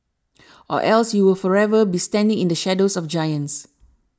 or else you will forever be standing in the shadows of giants